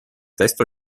testo